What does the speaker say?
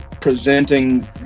presenting